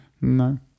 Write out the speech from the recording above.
no